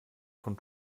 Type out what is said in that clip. von